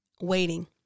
waiting